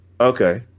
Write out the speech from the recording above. Okay